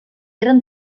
eren